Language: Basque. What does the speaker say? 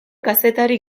kazetari